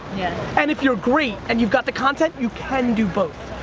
yeah. and, if you're great, and you got the content, you can do both,